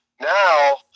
Now